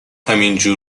همینجور